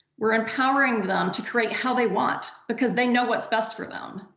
we're empowering them to create how they want because they know what's best for them.